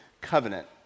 covenant